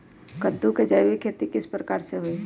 कददु के जैविक खेती किस प्रकार से होई?